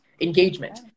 engagement